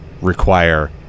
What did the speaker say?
require